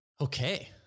okay